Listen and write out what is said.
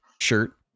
shirt